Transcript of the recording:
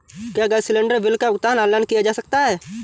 क्या gas cylinder bill का भुगतान ऑनलाइन किया जा सकता है?